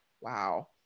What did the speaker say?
wow